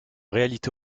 réalité